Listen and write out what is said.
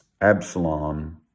Absalom